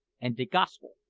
and de gosp'l.